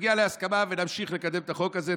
נגיע להסכמה ונמשיך לקדם את החוק הזה.